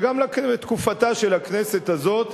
וגם בתקופתה של הכנסת הזאת,